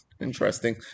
interesting